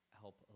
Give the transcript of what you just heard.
help